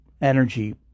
energy